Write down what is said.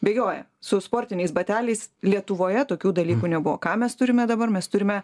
bėgioja su sportiniais bateliais lietuvoje tokių dalykų nebuvo ką mes turime dabar mes turime